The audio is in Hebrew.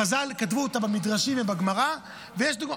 חז"ל כתבו אותם במדרשים ובגמרא, ויש דוגמאות.